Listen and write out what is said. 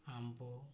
ଆମ୍ବ